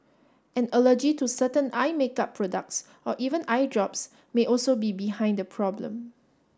an allergy to certain eye makeup products or even eye drops may also be behind the problem